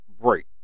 break